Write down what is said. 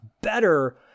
better